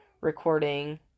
recording